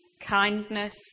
kindness